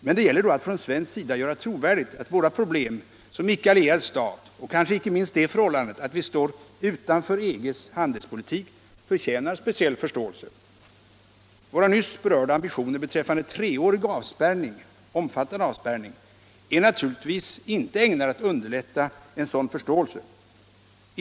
Men det gäller då att från svensk sida göra trovärdigt att våra problem som icke allierad stat, och kanske inte minst det förhållandet att vi står utanför EG:s handelspolitik, förtjänar speciell förståelse. Våra nyss berörda ambitioner beträffande treårig omfattande avspärrning är naturligtvis inte ägnade att underlätta en sådan förståelse.